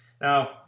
Now